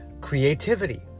creativity